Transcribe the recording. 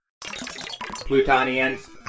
Plutonians